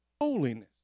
holiness